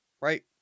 Right